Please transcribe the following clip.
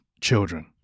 Children